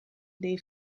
des